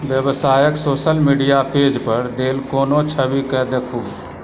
व्यवसायक social media पेजपर देल कोनो छविके देखू